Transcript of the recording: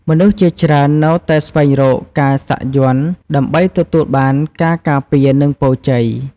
មនុស្សជាច្រើននៅតែស្វែងរកការសាក់យ័ន្តដើម្បីទទួលបានការការពារ និងពរជ័យ។